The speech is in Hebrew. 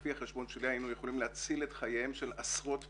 לפי החשבון שלי היינו יכולים להציל את חייהם של עשרות פגים.